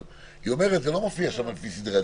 אבל היא אומרת שזה לא מופיע שם על פי סדרי עדיפויות,